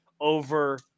over